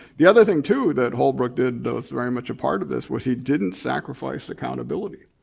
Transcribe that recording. the other thing, too that holbrooke did that was very much apart of this was he didn't sacrifice accountability.